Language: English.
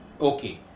Okay